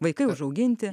vaikai užauginti